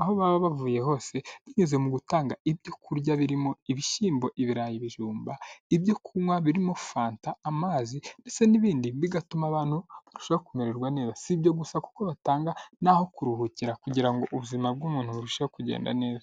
aho baba bavuye hose binyuze mu gutanga ibyoku kurya birimo ibishyimbo ibirayi bijumba ibyo kunywa birimo fanta amazi ndetse n'ibindibigatuma abantu barushaho kumererwa neza sibyo gusa kuko batanga naho kuruhukira kugira ubuzima bw'umuntu burusheho kugenda neza